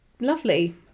lovely